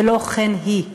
ולא כן היא.